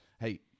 Hey